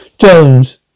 Jones